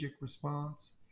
response